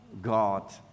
God